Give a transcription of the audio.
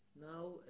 Now